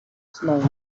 slowly